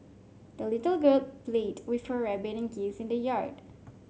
the little girl played with her rabbit and geese in the yard